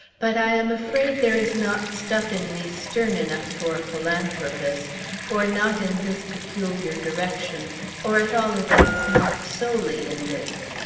but i am afraid there is not stuff in me stern enough for a philanthropist or not in this peculiar direction or, at all events, not solely in this.